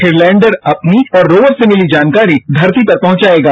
फिर लैंडर अपनी और रोवर से मिली जानकारी धरती पर पहुंचाएगा